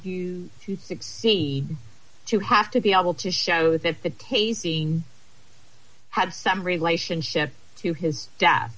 you to six to have to be able to show that the tasting had some relationship to his death